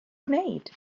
gwneud